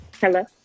Hello